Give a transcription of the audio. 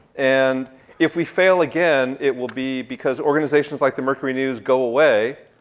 and if we fail again, it will be because organizations like the mercury news go away,